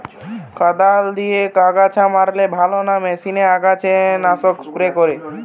কদাল দিয়ে আগাছা মারলে ভালো না মেশিনে আগাছা নাশক স্প্রে করে?